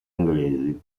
inglesi